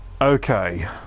Okay